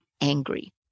angry